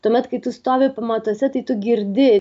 tuomet kai tu stovi pamatuose tai tu girdi